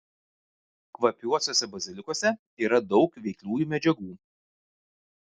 kvapiuosiuose bazilikuose yra daug veikliųjų medžiagų